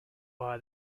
via